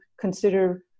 consider